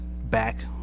back